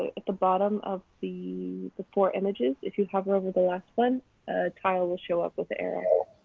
at the bottom of the four images, if you hover over the last one, a title will show up with the arrow.